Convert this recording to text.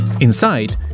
Inside